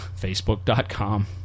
facebook.com